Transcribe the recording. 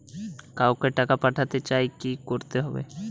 কাউকে টাকা পাঠাতে চাই কি করতে হবে?